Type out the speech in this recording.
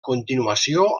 continuació